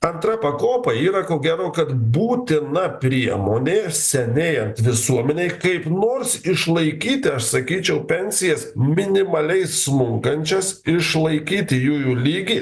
antra pakopa yra ko gero kad būtina priemonė senėjant visuomenei kaip nors išlaikyti aš sakyčiau pensijas minimaliai smunkančias išlaikyti jųjų lygį